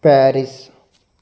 Paris